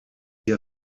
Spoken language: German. ihr